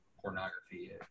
pornography